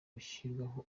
hashyirwaho